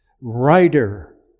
writer